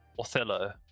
Othello